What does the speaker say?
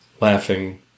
laughing